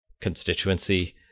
constituency